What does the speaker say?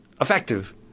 effective